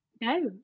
No